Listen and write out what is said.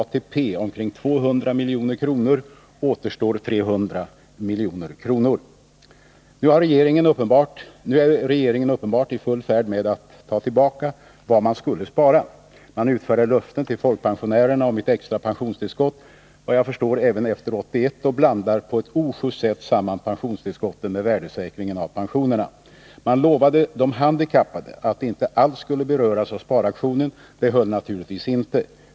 Nu är regeringen uppenbart i full färd med att ta tillbaka vad man skulle spara. Man uträrdar löften till folkpensionärerna om ett extra pensionstillskott, vad jag förstår även efter 1981, och blandar på ett ojust sätt samman pensionstillskotten med värdesäkringen av pensionerna. Man lovade de handikappade att de inte alls skulle beröras av sparaktionen. Det höll naturligtvis inte.